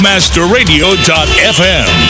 masterradio.fm